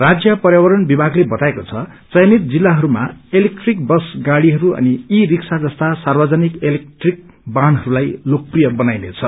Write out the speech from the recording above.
राज्य पर्यावरण विमागले बताएको छ चयनित जिल्लाहरूमा इलेक्ट्रिक बस गाड़ीहरू अनि ई रिक्सा जस्ता सार्वजनिक इनेक्ट्रिक वाहनहरूलाई लोकप्रिय बनाइनेछ